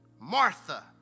Martha